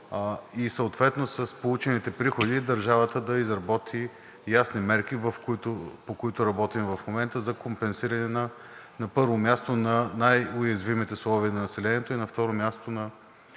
и съответно с получените приходи държавата да изработи ясни мерки, по които работим в момента за компенсиране, на първо място, на най-уязвимите слоеве на населението и, на второ място, на